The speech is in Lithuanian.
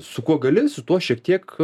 su kuo gali su tuo šiek tiek